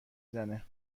زنه